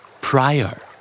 Prior